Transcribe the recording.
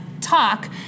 talk